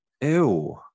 Ew